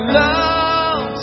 love